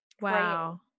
Wow